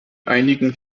einigen